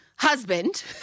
Husband